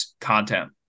content